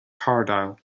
cardáil